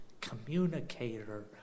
communicator